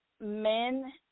men